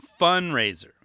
fundraiser